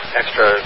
extra